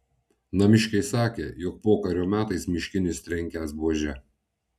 namiškiai sakė jog pokario metais miškinis trenkęs buože